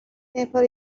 never